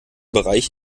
bereich